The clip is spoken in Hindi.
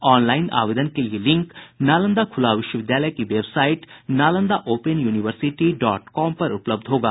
ऑनलाईन आवेदन के लिए लिंक नालंदा खूला विश्वविद्यालय की website Nalanda open university dot com पर उपलब्ध होगा